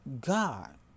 God